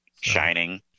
Shining